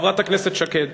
חברת הכנסת שקד.